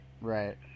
Right